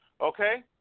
okay